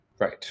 Right